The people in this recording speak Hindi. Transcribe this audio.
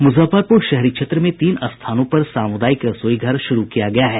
मुजफ्फरपुर शहरी क्षेत्र में तीन स्थानों पर सामुदायिक रसोईघर शुरू किया गया है